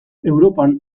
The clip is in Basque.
europan